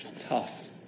tough